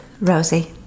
Rosie